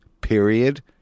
Period